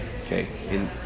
okay